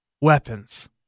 weapons